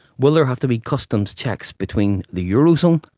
will they have to be customs checks between the eurozone,